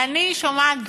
ואני שומעת,